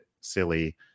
silly